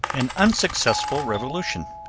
an unsuccessful revolution.